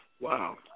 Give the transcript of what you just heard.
Wow